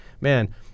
man